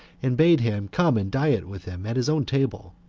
and bade him come and diet with him at his own table,